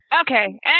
Okay